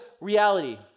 reality